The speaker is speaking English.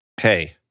Hey